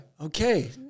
Okay